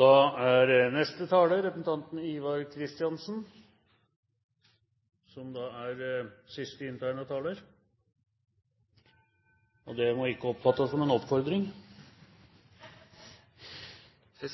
Da er neste taler representanten Ivar Kristiansen, som er siste inntegnede taler. Det må ikke oppfattes som en oppfordring. Jeg